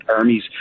armies